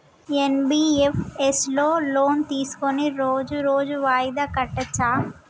NBFS లో loan తీస్కొని రోజు రోజు వాయిదా కట్టచ్ఛా?